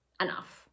enough